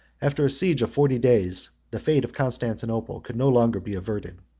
after a siege of forty days, the fate of constantinople could no longer be averted.